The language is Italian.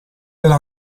era